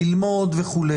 ללמוד וכו'.